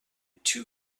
too